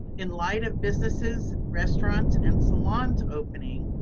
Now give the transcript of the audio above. in light of businesses, restaurants and salons opening,